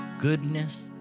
goodness